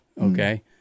okay